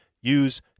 use